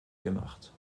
gemacht